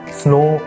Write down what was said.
snow